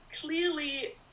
clearly